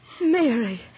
Mary